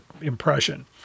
impression